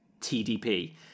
TDP